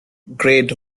grade